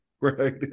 Right